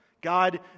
God